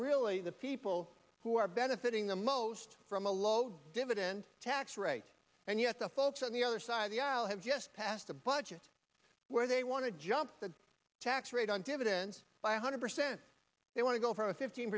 really the people who are benefiting the most from a low dividend tax rate and yet the folks on the other side of the aisle have just passed a budget where they want to jump the tax rate on dividends by a hundred percent they want to go for a fifteen